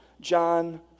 John